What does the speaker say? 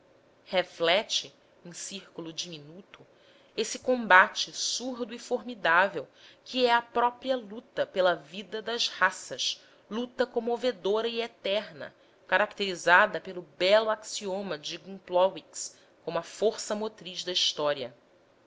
reflete em círculo diminuto esse combate surdo e formidável que é a própria luta pela vida das raças luta comovedora e eterna caracterizada pelo belo axioma de gumplowicz como a força motriz da história